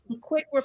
quick